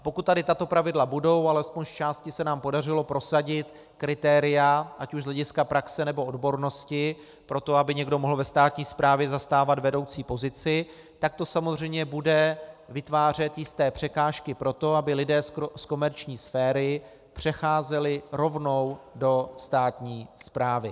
Pokud tady tato pravidla budou, alespoň zčásti se nám podařilo prosadit kritéria ať už z hlediska praxe, nebo odbornosti pro to, aby někdo mohl ve státní správě zastávat vedoucí pozici, tak to samozřejmě bude vytvářet jisté překážky pro to, aby lidé z komerční sféry přecházeli rovnou do státní správy.